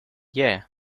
yeah